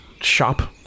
shop